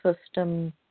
system